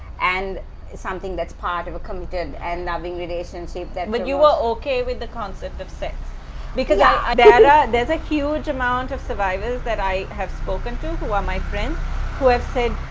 and something that's part of a committed and loving relationship that. when you were okay with the concept of sex because yeah and and there's a huge amount of survivors that i have spoken to who are my friends who have said,